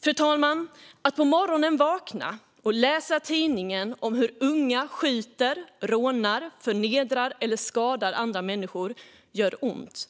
Fru talman! Att på morgonen vakna och läsa i tidningen om hur unga skjuter, rånar, förnedrar eller skadar andra människor gör ont.